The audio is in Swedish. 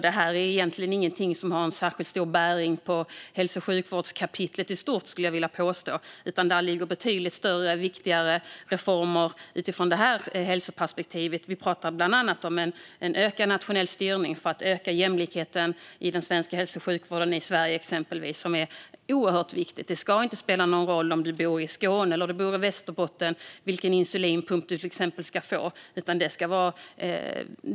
Det har egentligen inte särskilt stor bäring på hälso och sjukvårdskapitlet i stort, skulle jag vilja påstå, utan det finns betydligt större och viktigare reformer utifrån hälsoperspektivet. Vi pratar bland annat om ökad nationell styrning för att öka jämlikheten i den svenska hälso och sjukvården. Det är oerhört viktigt. Det ska inte spela någon roll om man bor i Skåne eller i Västerbotten när det gäller till exempel vilken insulinpump man ska få.